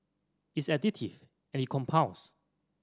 it's additive and it compounds